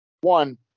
One